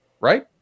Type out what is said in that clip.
Right